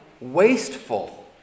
wasteful